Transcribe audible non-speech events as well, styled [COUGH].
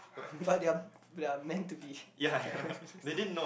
[LAUGHS] but they're they're meant to be [LAUGHS]